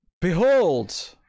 behold